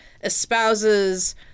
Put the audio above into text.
espouses